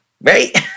right